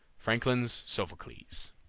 francklin's sophocles.